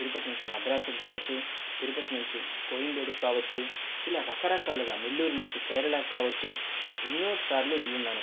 తిరుపతి నుంచి మద్రాసుకు కావచ్చు తిరుపతి నుంచి కోయంబేడుకి కావచ్చు ఇలా రకరకాలుగా నెల్లూరు నుంచి కేరళకు కావచ్చు ఎన్నోసార్లు వెళ్ళున్నాను